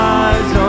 eyes